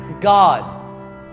God